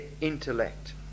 intellect